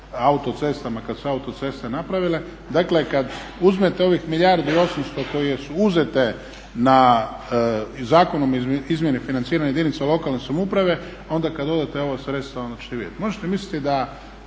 kada su se autoceste napravile, dakle kada uzmete ovih milijardu i 800 koje su uzete na Zakonom o izmjeni financiranja jedinica lokalne samouprave onda kada dodate ova sredstava onda ćete vidjeti. Možete misliti da